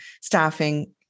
staffing